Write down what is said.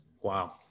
Wow